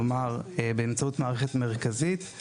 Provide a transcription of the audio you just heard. כלומר, באמצעות מערכת מרכזית.